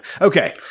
okay